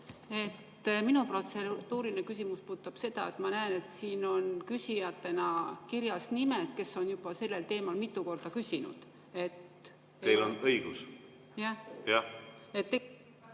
Minu protseduuriline küsimus puudutab seda, et ma näen, et siin on küsijatena kirjas nende nimed, kes on sellel teemal juba mitu korda küsinud. Teil on õigus, jah. Palun